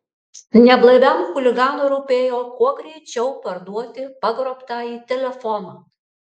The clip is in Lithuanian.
neblaiviam chuliganui rūpėjo kuo greičiau parduoti pagrobtąjį telefoną